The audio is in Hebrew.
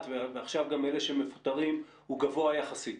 ועכשיו גם אלה שמפוטרים הוא גבוה יחסית.